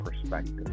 perspective